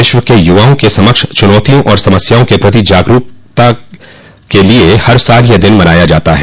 विश्व के युवाओं के समक्ष चुनौतियों और समस्याओं के प्रति जागरूकता के लिए हर साल यह दिन मनाया जाता है